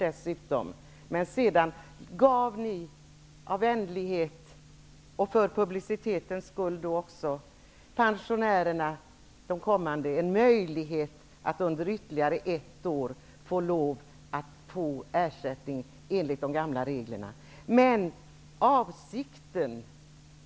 Men sedan gav ni, för att visa vänlighet och också för publicitetens skull, de kommande pensionärerna en möjlighet att under ytterligare ett år få ersättning enligt de gamla reglerna.